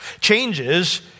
changes